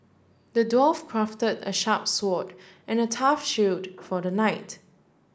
the dwarf craft a sharp sword and tough shield for the knight